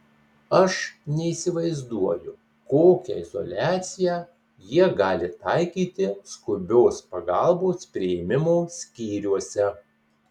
aš neįsivaizduoju kokią izoliaciją jie gali taikyti skubios pagalbos priėmimo skyriuose